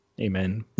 Amen